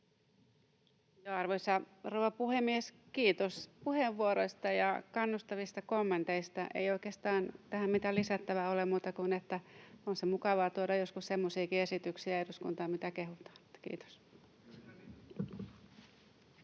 Arvoisa rouva puhemies! Kiitos puheenvuoroista ja kannustavista kommenteista. Ei oikeastaan tähän mitään lisättävää ole muuta kuin se, että on mukavaa tuoda eduskuntaan joskus semmoisiakin esityksiä, joita kehutaan, että